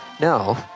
No